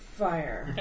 fire